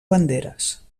banderes